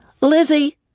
Lizzie